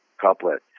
couplet